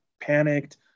panicked